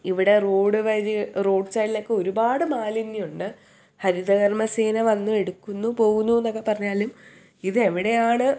ഇവിടെ റോഡുവരി റോഡ് സൈഡിലൊക്കെ ഒരുപാട് മാലിന്യമുണ്ട് ഹരിതകർമസേന വന്നു എടുക്കുന്നു പോവുന്നു എന്നൊക്കെ പറഞ്ഞാലും ഇതെവിടെയാണ്